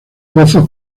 pozos